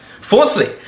Fourthly